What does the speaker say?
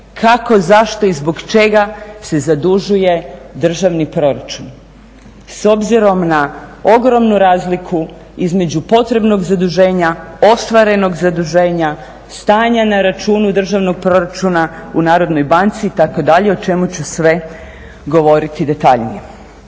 Kako, zašto i zbog čega se zadužuje državni proračun s obzirom na ogromnu razliku između potrebnog zaduženja, ostvarenog zaduženja, stanja na računu državnog proračuna u Narodnoj banci itd., o čemu ću sve govoriti detaljnije.